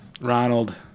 Ronald